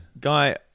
Guy